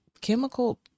chemical